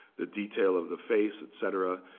the detail of the face, et cetera.